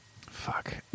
Fuck